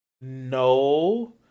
no